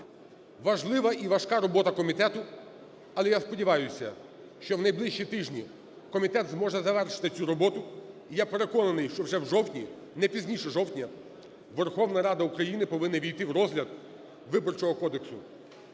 важлива і важка робота комітету, але я сподіваюсь, що в найближчі тижні комітет зможе завершити цю роботу. І я переконаний, що вже в жовтні, не пізніше жовтня, Верховна Рада України повинна ввійти в розгляд Виборчого кодексу.